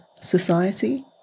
society